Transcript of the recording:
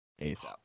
ASAP